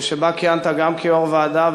שבה כיהנת גם כיושב-ראש ועדה,